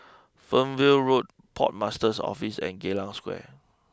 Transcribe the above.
Fernvale Road Port Master's Office and Geylang Square